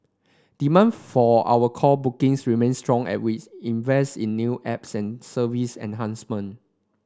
demand for our call bookings remains strong as we invest in new apps and service enhancement